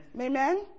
amen